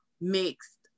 mixed